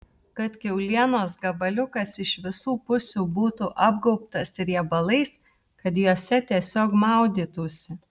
kad kiaulienos gabaliukas iš visų pusių būtų apgaubtas riebalais kad juose tiesiog maudytųsi